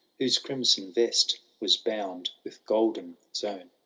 whose crimson vest was bound with golden zone